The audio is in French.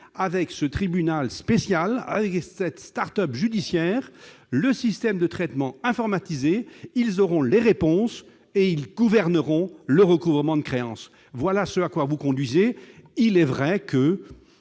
avec ce tribunal spécial, avec cette « start-up judiciaire » un système de traitement informatisé. Ils auront les réponses, et ils gouverneront le recouvrement de créances ! Voilà vers quoi vous nous conduisez, mais il est vrai que